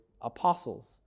apostles